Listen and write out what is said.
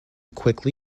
quickly